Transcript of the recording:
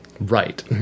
Right